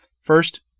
First